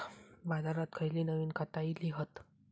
बाजारात खयली नवीन खता इली हत?